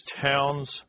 towns